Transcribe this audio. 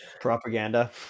propaganda